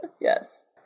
Yes